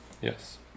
Yes